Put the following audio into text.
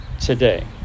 today